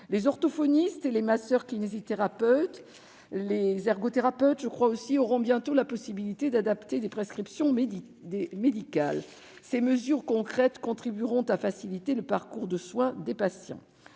Les orthophonistes, les masseurs-kinésithérapeutes et les ergothérapeutes auront bientôt la possibilité d'adapter des prescriptions médicales. Ces mesures concrètes contribueront à faciliter le parcours de soins des patients.